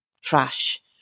trash